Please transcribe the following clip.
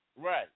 Right